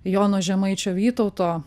jono žemaičio vytauto